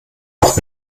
auch